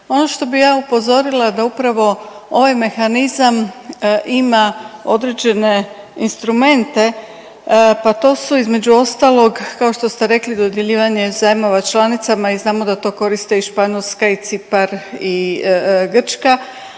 Ono što bih ja upozorila da upravo ovaj mehanizam ima određene instrumente, pa to su između ostalog kao što ste rekli dodjeljivanje zajmova članicama i znamo da to koriste i Španjolska i Cipar i Grčka,